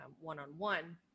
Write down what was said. one-on-one